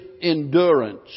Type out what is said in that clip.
endurance